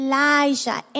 Elijah